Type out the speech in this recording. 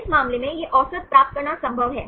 इस मामले में यह औसत प्राप्त करना संभव है